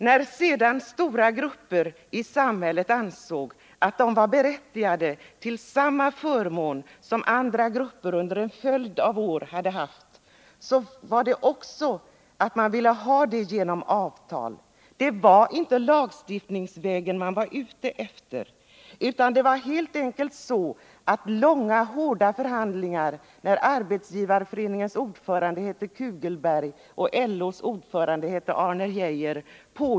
När sedan stora grupper i samhället ansåg att de var berättigade till samma förmåner som de här grupperna hade haft under en följd av år. ville man åstadkomma det genom avtal. Det var inte en lagstiftning man var ute efter. Det var helt enkelt så att det fördes långa och hårda förhandlingar när Arbetsgivareföreningens ordförande hette Kugelberg och LO:s ordförande hette Arne Geijer.